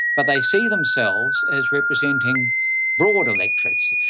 but they see themselves as representing broad electorates,